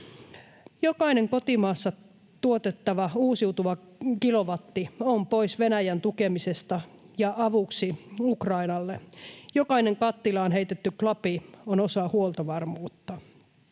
Jokainen kotimaassa tuotettava, uusiutuva kilowatti on pois Venäjän tukemisesta ja avuksi Ukrainalle. Jokainen kattilaan heitetty klapi on osa huoltovarmuutta.